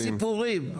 זה סיפורים.